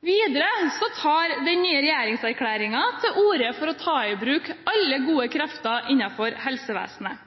Videre tar den nye regjeringserklæringen til orde for å ta i bruk alle gode krefter innenfor helsevesenet.